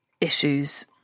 issues